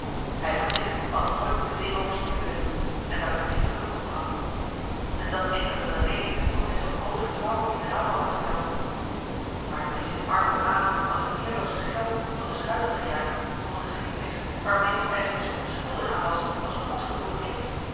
hij voor zich had nooit met de zeeroovers mee willen doen en daar verdriet genoeg om gehad en dat enkel en alleen omdat hij zoo'n groot vertrouwen in d'n ouwe had gesteld maar nu die zijn armen maat als een eerloozen schelm van de schuit had gejaagd om een geschiedenis waar meeuwis eigenlijk zoo onschuldig aan was als een pasgeboren kind